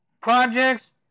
projects